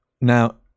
Now